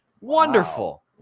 Wonderful